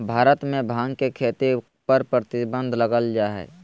भारत में भांग के खेती पर प्रतिबंध लगल हइ